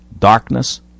darkness